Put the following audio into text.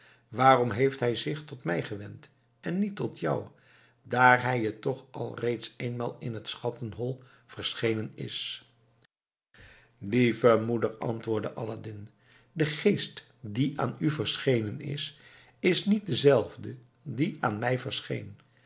waarom heeft hij zich tot mij gewend en niet tot jou daar hij je toch al reeds eenmaal in het schattenhol verschenen is lieve moeder antwoordde aladdin de geest die aan u verschenen is is niet dezelfde die aan mij verscheen